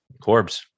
Corbs